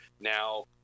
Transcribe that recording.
now